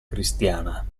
cristiana